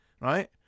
right